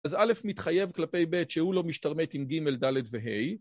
אז א' מתחייב כלפי ב' שהוא לא משתרמת עם ג', ד' וה'.